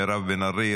מירב בן ארי,